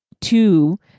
two